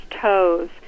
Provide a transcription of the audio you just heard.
toes